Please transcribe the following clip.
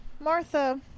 Martha